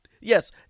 yes